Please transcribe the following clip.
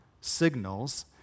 signals